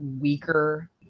weaker